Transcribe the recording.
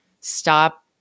stop